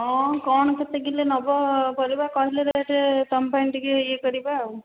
ହଁ କ'ଣ କେତେ କିଲୋ ନେବ ପରିବା କହିଲେ ସେ ତୁମ ପାଇଁ ଟିକେ ଇଏ କରିବା ଆଉ